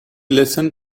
listened